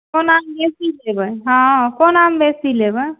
कोन आम बेसी लेबै हँ कोन आम बेसी लेबै